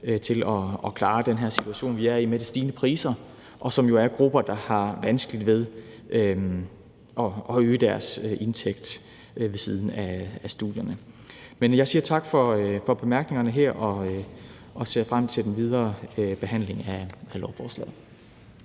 til at klare den her situation, vi er i med de stigende priser, og det er jo grupper, der har vanskeligt ved at øge deres indtægt ved siden af studierne. Men jeg siger tak for bemærkningerne her og ser frem til den videre behandling af lovforslaget.